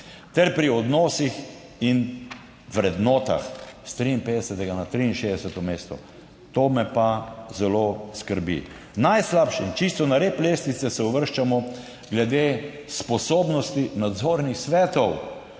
ter pri odnosih in vrednotah s 53. na 63. mesto. To me pa zelo skrbi. Najslabše, čisto na rep lestvice, se uvrščamo glede sposobnosti nadzornih svetov,